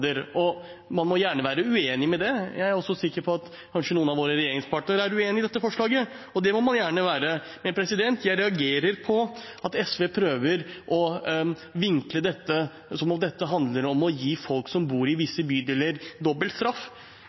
Man må gjerne være uenig i det, jeg er sikker på at også noen av våre regjeringspartnere kanskje er uenig i det forslaget. Det må man gjerne være, men jeg reagerer på at SV prøver å vinkle dette som om det handler om å gi folk som bor i visse bydeler,